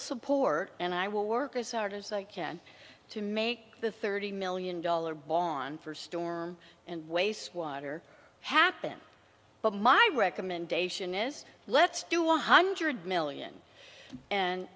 support and i will work as hard as i can to make the thirty million dollar bomb for storm and wastewater happen but my recommendation is let's do one hundred million and